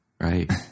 Right